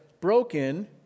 broken